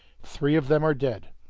three of them are dead.